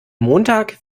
montag